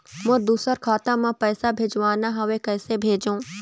मोर दुसर खाता मा पैसा भेजवाना हवे, कइसे भेजों?